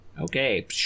Okay